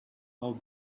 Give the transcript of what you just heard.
how